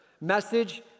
message